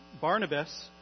Barnabas